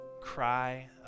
cry